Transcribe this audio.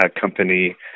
Company